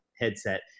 headset